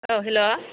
औ हेल्ल'